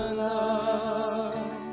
love